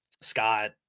Scott